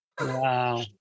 Wow